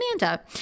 Amanda